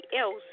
else